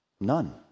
none